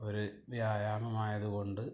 ഒരു വ്യായാമം ആയതു കൊണ്ട്